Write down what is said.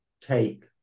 take